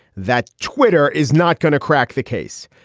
that twitter is not going to crack the case.